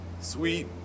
Sweet